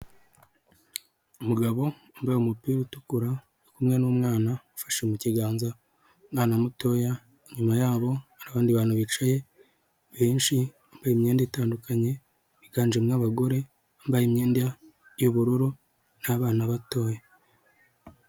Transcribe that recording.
Umugabo wambaye umupira utukura ari kumwe n'umwana ufashe mu kiganza, umwana mutoya inyuma yabo hari abandi bantu bicaye benshi bambaye imyenda itandukanye biganjemo abagore bambaye imyenda y'ubururu n'abana batoya.